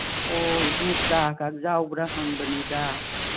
ꯑꯣ ꯏꯕꯨꯡꯉꯣ ꯆꯥꯀ ꯌꯥꯎꯕ꯭ꯔꯥ ꯍꯪꯕꯅꯤꯗ